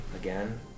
again